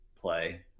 play